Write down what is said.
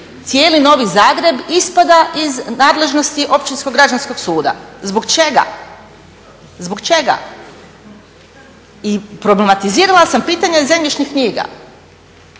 cijeli Novi Zagreb ispada iz nadležnosti Općinskog građanskog suda? Zbog čega? I problematizirala sam pitanje zemljišnih knjiga.